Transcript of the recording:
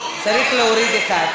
צריך להוריד את ההצבעה של אלי כהן.